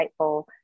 insightful